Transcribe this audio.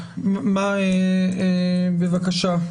מר חסיד, בבקשה.